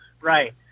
right